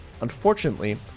Unfortunately